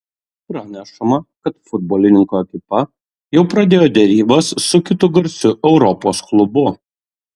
pranešama kad futbolininko ekipa jau pradėjo derybas su kitu garsiu europos klubu